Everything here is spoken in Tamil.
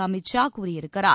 அமீத் ஷா கூறியிருக்கிறார்